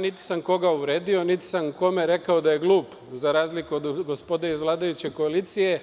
Niti sam ja koga uvredio, niti sam kome rekao da je glup, za razliku od gospode iz vladajuće koalicije,